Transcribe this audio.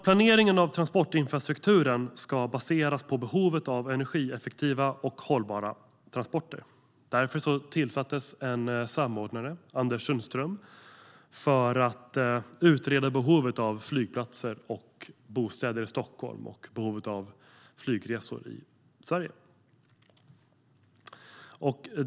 Planeringen av transportinfrastrukturen ska baseras på behovet av energieffektiva och hållbara transporter. Därför tillsattes en samordnare, Anders Sundström, för att utreda behovet av flygplatser och bostäder i Stockholm och behovet av flygresor i Sverige.